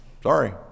Sorry